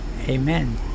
Amen